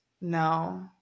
no